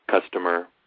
customer